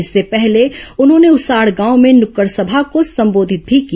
इससे पहले उन्होंने उसाड गांव में नक्कड सभा को संबोधित भी किया